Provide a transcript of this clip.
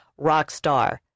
rockstar